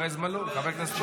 חבר הכנסת מלול.